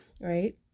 Right